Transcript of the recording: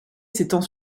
s’étend